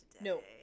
No